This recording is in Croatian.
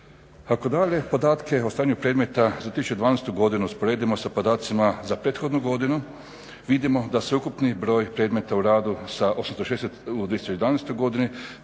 Ako dalje podatke o stanju predmeta za 2012.godinu usporedimo sa podacima za prethodnu godinu vidimo da se ukupni broj predmeta u radu sa 860 u 2011.godini